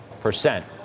percent